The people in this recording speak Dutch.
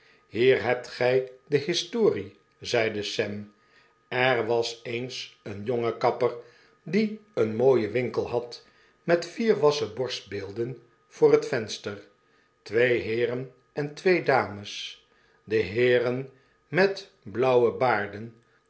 hier hebt gy de historie zeide sam er was eens een jonge kapper die een mooien winkel had met vier wassen borstbeelden voor het venster twee heeren en twee dames de heeren met blauwe baarden